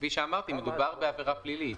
כפי שאמרתי, מדובר בעבירה פלילית.